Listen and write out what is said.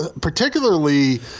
particularly